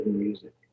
music